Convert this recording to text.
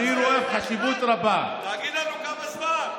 אני רואה חשיבות רבה, תגיד לנו כמה זמן.